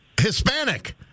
Hispanic